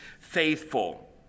faithful